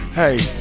Hey